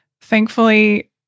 Thankfully